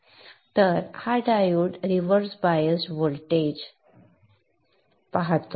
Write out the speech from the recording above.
तर हा diode reverse biased voltage reverse voltage पाहतो